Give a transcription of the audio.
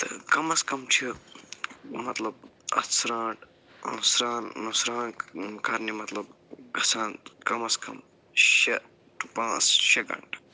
تہٕ کَمس کَم چھِ مطلب اَتھ سرٛانٛٹھ سرٛان سرٛان کرنہِ مطلب گَژھان کَمس کَم شےٚ ٹُہ پانٛژھ شےٚ گنٛٹہٕ